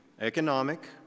economic